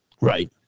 Right